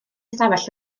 ystafell